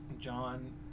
John